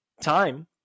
time